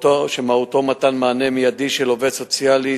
שמהותו מתן מענה מיידי של עובד סוציאלי,